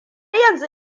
yanzu